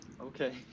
Okay